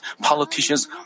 politicians